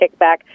kickback